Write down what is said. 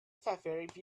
favorite